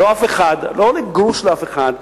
לא נגד אף אחד,